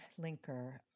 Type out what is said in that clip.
Linker